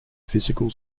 physical